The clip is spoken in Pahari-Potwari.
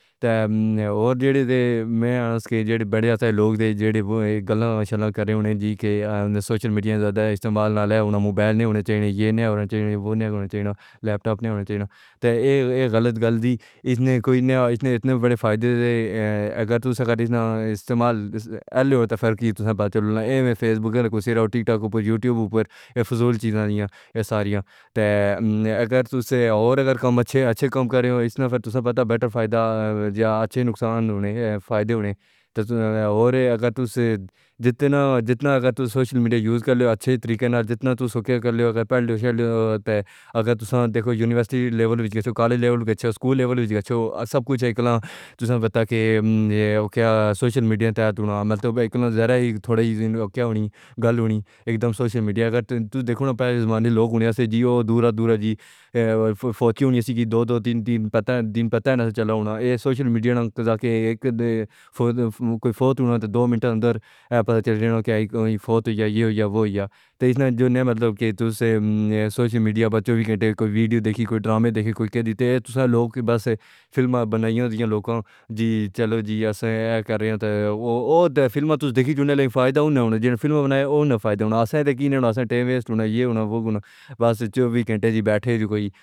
تے ہور جیڑے دے جیڑے بڑے اساں دے لوگ جے گلاں شلاں کرنے ہوڑیں جی کہ سوشل میڈیا دا استعمال نہ کرن تاں ایہہ غلط اے۔ موبائل نہ ہووے، لیپ ٹاپ نہ ہووے، ایہہ ساریاں گلاں ضروری نیں۔ پر سوشل میڈیا دے وڈے فائدے نیں اگر اساں صحیح طریقے نال استعمال کرو۔ فیس بک، ٹک ٹاک، یو ٹیوب تے فضول چیزاں دیکھݨ دی بجائے اگر تساں اچھے کم کرو تاں ایہہ فائدہ مند اے۔ جیڑا جیڑا تساں سوشل میڈیا نوں سوچ سمجھ کے استعمال کرو، پڑھو لکھو، یونیورسٹی ہو یا کالج، سکول ہو یا گھر، ہر جگہ ایہہ کم آندا اے۔ سوشل میڈیا دا مطلب ایہہ نیں کہ ہر چھوٹی وڈی گل فوراً پھیل جاندی اے۔ پہلے زمانے وچ لوک دور دراز ہوندے سن، فوتگی ہووے تاں وی پتہ نہ لگدا سی۔ ہݨ تاں سوشل میڈیا تے کوئی فوت ہووے تاں دو منٹ وچ پتہ لگ جاندا اے۔ پر ایہدا مطلب ایہہ نیں کہ تساں چووی گھنٹے ڈرامے تے ویڈیوز دیکھدے رہو۔ ایہہ ساڈا وقت ضائع کرݨ دا طریقہ اے۔ لوک فلمیں بݨاؤندے نیں تے اساں صرف ݙیکھݨ والے بݨ کے رہ گئے ہیں۔ فائدہ تاں اوہناں نوں ہوندا اے جنہاں نے فلمیں بݨائیاں، اساں تاں صرف وقت گنواݨ والے ہیں۔ اساں چووی گھنٹے بیٹھے رہندے ہیں تے کجھ حاصل نہیں کردے۔